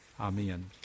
Amen